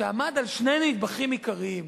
שעמד על שני נדבכים עיקריים: